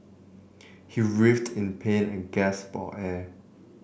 he writhed in pain and gasped for air